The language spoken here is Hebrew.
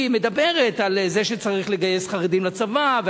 היא מדברת על זה שצריך לגייס חרדים לצבא,